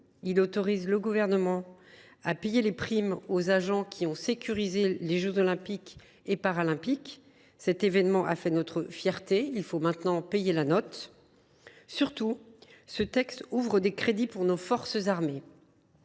Il autorise le Gouvernement à payer les primes des agents qui ont sécurisé les jeux Olympiques et Paralympiques. Cet événement a fait notre fierté : il faut maintenant payer la note. Surtout, ce texte ouvre des crédits pour nos forces armées.